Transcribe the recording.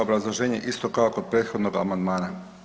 Obrazloženje isto kao kod prethodnog amandmana.